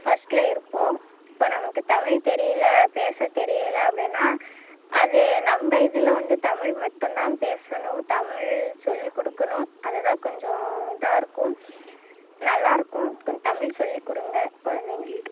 ஃபஸ்டில் இருப்போம் இப்போ நமக்கு தமிழ் தெரியலை பேச தெரியலை அப்படின்னா அது நம்ப இதில் வந்து தமிழ் மட்டும் தான் பேசணும் தமிழ் சொல்லி கொடுக்கணும் அதுதான் கொஞ்சம் இதாக இருக்கும் நல்லாயிருக்கும் கொஞ்சம் தமிழ் சொல்லி கொடுங்க குழந்தைங்களுக்கு